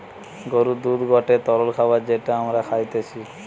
গরুর দুধ গটে তরল খাবার যেটা আমরা খাইতিছে